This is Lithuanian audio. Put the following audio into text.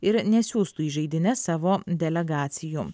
ir nesiųstų į žaidynes savo delegacijų